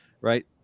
right